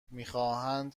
میخواهند